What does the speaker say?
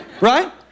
Right